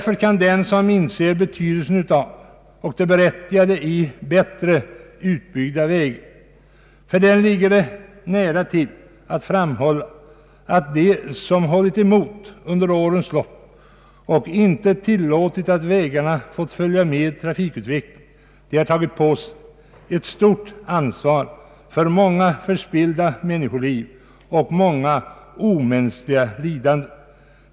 För den som inser betydelsen av och det berättigade i bättre utbyggda vägar ligger det nära till hands att framhålla att de som hållit emot under årens lopp och inte tillåtit att vägarna fått följa med trafikutvecklingen har tagit på sig ett stort ansvar för många förspillda människoliv och för omänskliga lidanden.